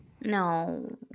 No